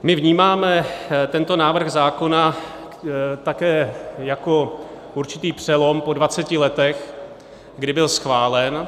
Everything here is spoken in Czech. My vnímáme tento návrh zákona také jako určitý přelom po 20 letech, kdy byl schválen.